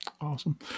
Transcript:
Awesome